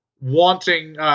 wanting –